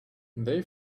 they